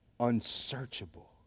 Unsearchable